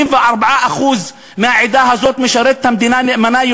84% מהעדה הזאת משרתים את המדינה נאמנה,